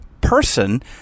person